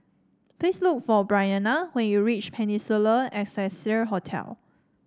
please look for Bryana when you reach Peninsula Excelsior Hotel